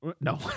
no